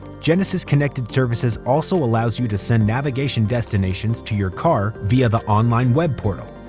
genesis connected services also allows you to send navigation destinations to your car, via the online web portal.